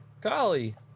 Golly